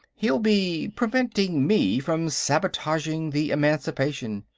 he'll be preventing me from sabotaging the emancipation.